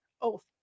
oath